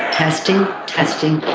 testing, testing